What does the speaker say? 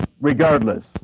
regardless